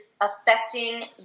affecting